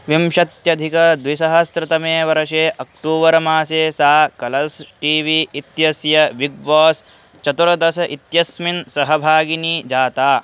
विंशत्यधिकद्विसहस्रतमे वर्षे अक्टूबर् मासे सा कलर्स् टी वी इत्यस्य विग् वास् चतुर्दश इत्यस्मिन् सहभागिनी जाता